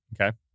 Okay